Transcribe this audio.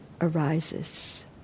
arises